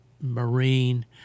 marine